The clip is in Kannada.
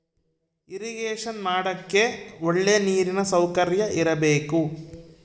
ಇರಿಗೇಷನ ಮಾಡಕ್ಕೆ ಒಳ್ಳೆ ನೀರಿನ ಸೌಕರ್ಯ ಇರಬೇಕು